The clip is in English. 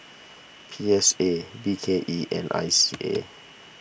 P S A B K E and I C A